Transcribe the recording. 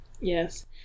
Yes